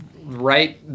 Right